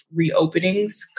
reopenings